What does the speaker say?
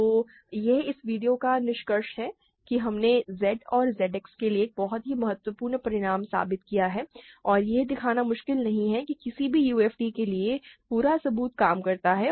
तो यह इस वीडियो का निष्कर्ष है कि हमने Z और Z X के लिए एक बहुत ही महत्वपूर्ण परिणाम साबित किया है और यह दिखाना मुश्किल नहीं है कि किसी भी UFD के लिए पूरा सबूत काम करता है